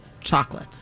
chocolate